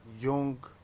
young